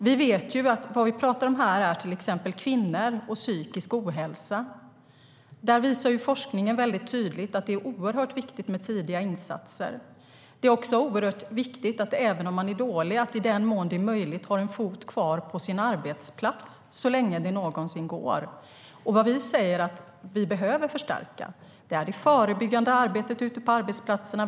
Vad vi säger att vi behöver förstärka är det förebyggande arbetet ute på arbetsplatserna.